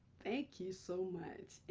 thank you so much.